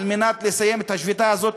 כדי לסיים את השביתה הזאת,